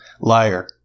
liar